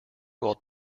while